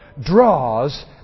draws